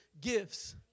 gifts